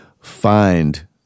find